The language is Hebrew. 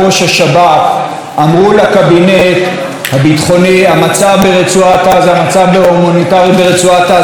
אמרו לקבינט הביטחוני שהמצב ההומניטרי ברצועת עזה הוא נורא,